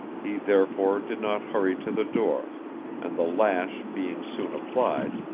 he therefore did not hurry to the door and the lash being soon applied,